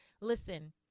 Listen